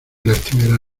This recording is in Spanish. lastimera